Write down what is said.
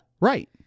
Right